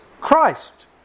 Christ